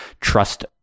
Trust